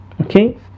okay